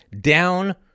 down